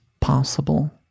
possible